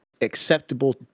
acceptable